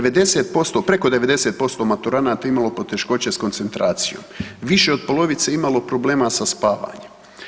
90%, preko 90% maturanata je imalo poteškoće s koncentracijom, više od polovice je imalo problema sa spavanjem.